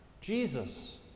Jesus